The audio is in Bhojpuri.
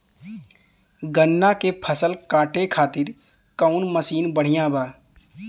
गन्ना के फसल कांटे खाती कवन मसीन बढ़ियां बा?